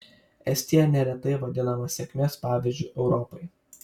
estija neretai vadinama sėkmės pavyzdžiu europai